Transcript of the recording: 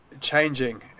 changing